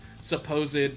supposed